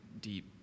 deep